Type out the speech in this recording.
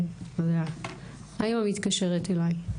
האמא מתקשרת אליי,